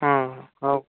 हां हो